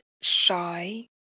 shy